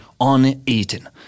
uneaten